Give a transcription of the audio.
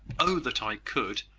oh, that i could!